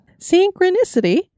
Synchronicity